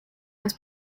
las